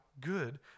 good